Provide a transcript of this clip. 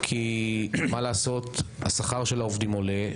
כי השכר של העובדים עולה.